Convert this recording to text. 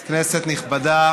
אדוני היושב-ראש, כנסת נכבדה,